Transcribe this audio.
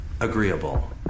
agreeable